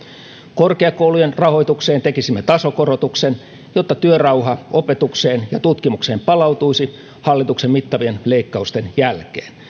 korkeakoulujen rahoitukseen tekisimme tasokorotuksen jotta työrauha opetukseen ja tutkimukseen palautuisi hallituksen mittavien leikkausten jälkeen